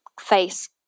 face